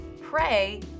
Pray